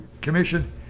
Commission